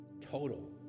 Total